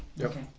Okay